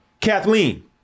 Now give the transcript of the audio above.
Kathleen